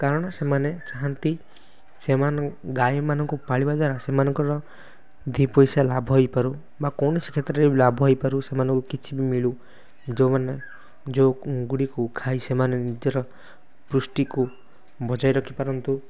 କାରଣ ସେମାନେ ଚାହାନ୍ତି ସେମାନ ଗାଈମାନଙ୍କୁ ପାଳିବା ଦ୍ୱାରା ସେମାନଙ୍କର ଦି ପଇସା ଲାଭ ହୋଇପାରୁ ବା କୌଣସି କ୍ଷେତ୍ରରେ ଲାଭ ହୋଇପାରୁ ସେମାନଙ୍କୁ କିଛି ବି ମିଳୁ ଯେଉଁମାନେ ଯେଉଁ ଗୁଡ଼ିକୁ ଖାଇ ସେମାନେ ନିଜର ପୃଷ୍ଟିକୁ ବଜାୟ ରଖିପାରନ୍ତୁ